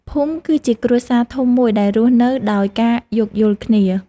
ភូមិគឺជាគ្រួសារធំមួយដែលរស់នៅដោយការយោគយល់គ្នា។